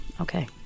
Okay